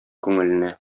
күңеленә